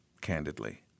candidly